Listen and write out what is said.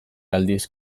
aldiz